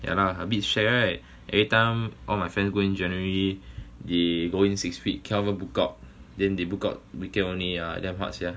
yeah lah a bit shag right every time all my friends go in january they go in six week cannot even book out then they book out weekend only damn [what] sia